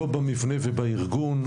לא במבנה ובארגון,